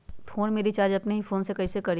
Phone में recharge अपने ही फ़ोन से कईसे करी?